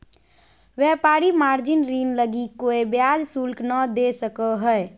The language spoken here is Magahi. व्यापारी मार्जिन ऋण लगी कोय ब्याज शुल्क नय दे सको हइ